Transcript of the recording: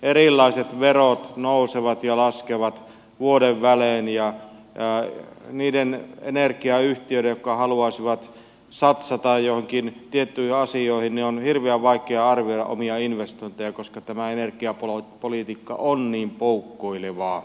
erilaiset verot nousevat ja laskevat vuoden välein ja niiden energiayhtiöiden jotka haluaisivat satsata joihinkin tiettyihin asioihin on hirveän vaikea arvioida omia investointejaan koska tämä energiapolitiikka on niin poukkoilevaa